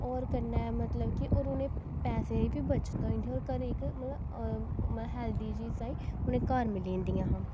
होर कन्नै मतलब कि उ'नें गी पैसे दी बी बचत होई जंदी ही होर घर इक मतलब हेल्थी जेही चीजां उ'नें गी घर मिली जंदी हियां